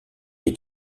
est